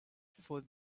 for